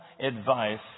advice